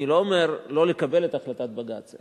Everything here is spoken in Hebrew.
אני לא אומר לא לקבל את החלטת בג"ץ,